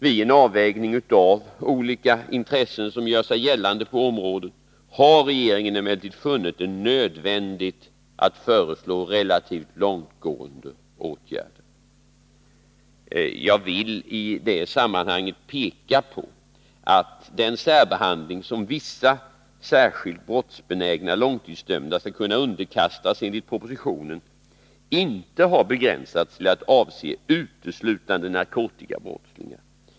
Vid en avvägning mellan de olika intressen som gör sig gällande på området har regeringen emellertid funnit det nödvändigt att föreslå relativt långtgående åtgärder. Jag vill i sammanhanget peka på att den särbehandling som vissa särskilt brottsbenägna långtidsdömda skall kunna underkastas enligt propositionen inte har begränsats till att avse uteslutande narkotikabrottslingar.